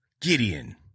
Gideon